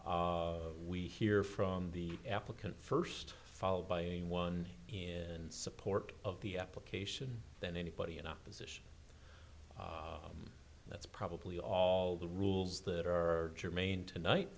we hear from the applicant first followed by a one in support of the application than anybody in opposition that's probably all the rules that are germane tonight